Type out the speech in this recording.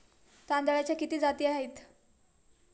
तांदळाच्या किती जाती आहेत?